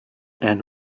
and